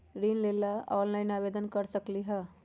ऋण लेवे ला ऑनलाइन से आवेदन कर सकली?